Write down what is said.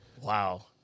Wow